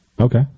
Okay